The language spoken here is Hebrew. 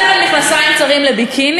שיבואו עם ביקיני